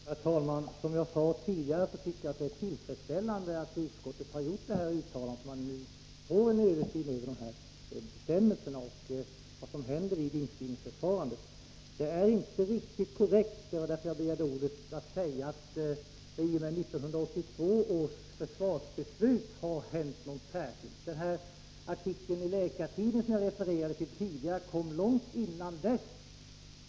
Herr talman! Som jag sade tidigare tycker jag att det är tillfredsställande att utskottet har gjort detta uttalande, dvs. att vi nu får en översyn av dessa bestämmelser och i fråga om vad som händer vid inskrivningsförfarandet. Det är inte riktigt korrekt — det var därför jag begärde ordet — att säga att det i.och med 1982 års försvarsbeslut har hänt någonting särskilt. Den artikel i Läkartidningen som jag tidigare refererade till kom långt innan dess.